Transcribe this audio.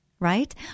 right